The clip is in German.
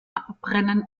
abbrennen